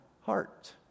heart